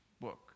book